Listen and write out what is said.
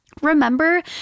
Remember